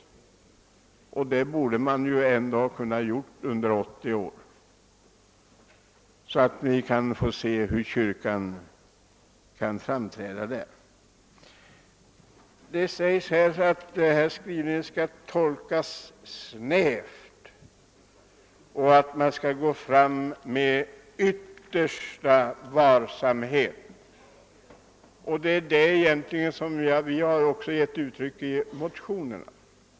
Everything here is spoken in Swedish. Det borde man ha kunnat göra under dessa 80 år, så att kyrkan fått framträda så som den egentligen ser ut. Det sägs att skrivningen måste tolkas snävt och att man skall gå fram med yttersta varsamhet. Det är just vad vi har uttryckt i motionerna.